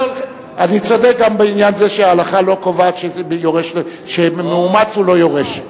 אני צודק גם בעניין זה שההלכה לא קובעת שמאומץ הוא לא יורש.